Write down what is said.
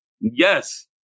yes